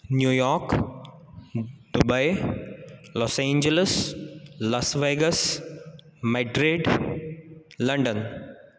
New York Dubai Los Angeles Las Vegas Madrid London